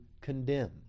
condemn